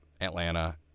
Atlanta